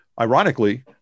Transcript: Ironically